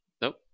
Nope